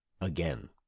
again